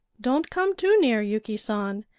don't come too near, yuki san.